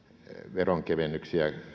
veronkevennyksiä